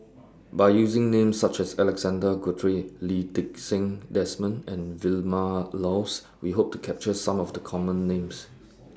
By using Names such as Alexander Guthrie Lee Ti Seng Desmond and Vilma Laus We Hope to capture Some of The Common Names